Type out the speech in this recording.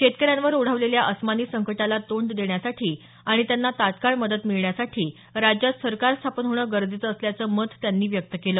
शेतकऱ्यांवर ओढावलेल्या अस्मानी संकटाला तोंड देण्यासाठी आणि त्यांना तात्काळ मदत मिळण्यासाठी राज्यात सरकार स्थापन होणं गरजेचं असल्याचं मत त्यांनी व्यक्त केलं